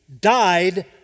died